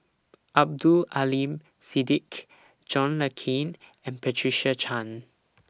Abdul Aleem Siddique John Le Cain and Patricia Chan